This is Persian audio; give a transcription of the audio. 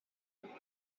شناسمش